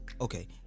Okay